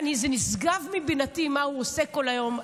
נשגב מבינתי מה הוא עושה כל היום,